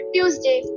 Tuesday